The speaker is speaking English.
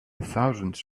thousands